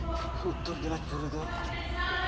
ᱩᱛᱛᱚᱨ ᱫᱤᱱᱟᱡᱽᱯᱩᱨ ᱨᱮᱫᱚ